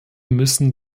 müssen